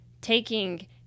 taking